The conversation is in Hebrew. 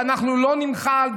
ואנחנו לא נמחל.